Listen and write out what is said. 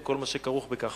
עם כל מה שכרוך בכך.